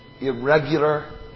irregular